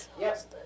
Yes